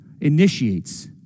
initiates